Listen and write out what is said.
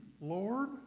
Lord